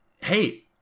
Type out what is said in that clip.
Hey